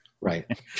Right